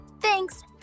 Thanks